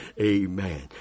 amen